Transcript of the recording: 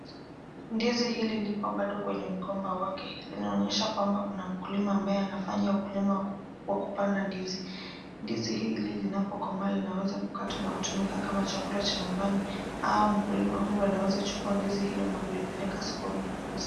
Ndizi hili liko bado kwenye mgomba wake. Linaonyesha kwamba kuna mkulima ambaye anafanya ukulima wa kupanda ndizi. Ndizi hili linapokomaa linaweza kukatwa na kutumika kama chakula cha nyumbani au mkulima huyu anaweza chukua ndizi hilo na kulipeka sokoni kuliuza.